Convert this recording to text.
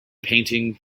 painting